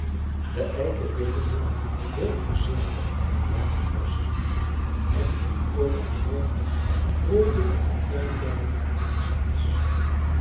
de eiken wikkelden heel voorzichtig hun bladen los erwten kool en boonen groeiden op de tuinbedden op de schans